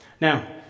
Now